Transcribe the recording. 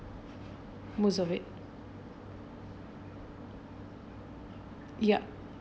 most of it ya